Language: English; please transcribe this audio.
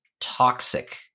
toxic